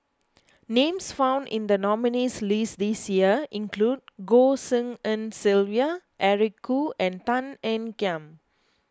names found in the nominees' list this year include Goh Tshin En Sylvia Eric Khoo and Tan Ean Kiam